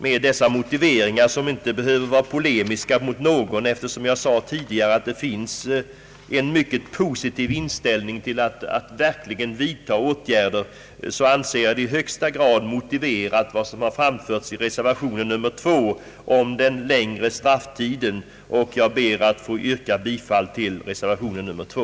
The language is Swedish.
Det anförda behöver inte anses vara polemiskt mot någon, eftersom jag tidigare sade att det finns en mycket positiv inställning när det gäller att verkligen vidtaga åtgärder. Jag anser det i reservation II framförda yrkandet om den längre strafftiden i högsta grad motiverat och yrkar alltså bifall till reservation II.